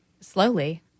slowly